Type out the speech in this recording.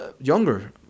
younger